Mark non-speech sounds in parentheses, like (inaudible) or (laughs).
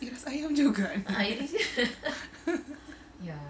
it's ayam juga (laughs)